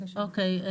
אוקיי.